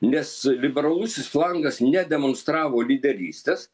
nes liberalusis flangas nedemonstravo lyderystės